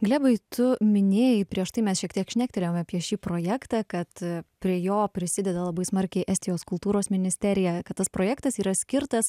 glebai tu minėjai prieš tai mes šiek tiek šnektelėjome apie šį projektą kad prie jo prisideda labai smarkiai estijos kultūros ministerija kad tas projektas yra skirtas